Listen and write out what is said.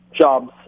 jobs